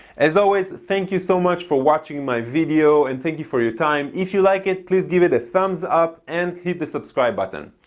as always thank you so much for watching my video and thank you for your time. if you like it please give it a thumbs up, and hit the subscribe button.